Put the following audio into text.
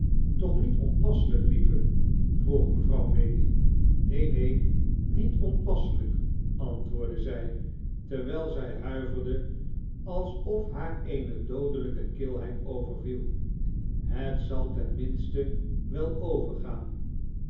toch niet onpasselijk lieve vroeg mevrouw maylie neen neen niet onpasselijk antwoordde zij terwijl zij huiverde alsof haar eene doodelijke kilheid overviel het zal ten minste wel overgaan